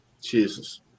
Jesus